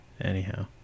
Anyhow